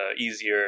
easier